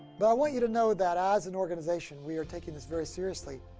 but i want you to know that as an organization we are taking this very seriously.